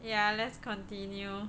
ya let's continue